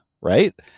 right